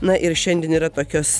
na ir šiandien yra tokios